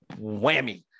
whammy